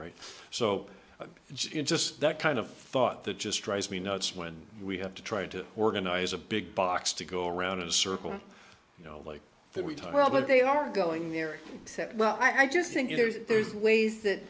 right so it's just that kind of thought the just drives me nuts when we have to try to organize a big box to go around in a circle you know like that we talk about they are going there well i just think there's ways that